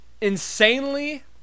insanely